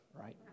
right